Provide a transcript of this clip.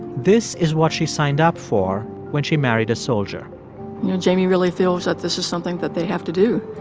this is what she signed up for when she married a soldier you know, jamie really feels that this is something that they have to do.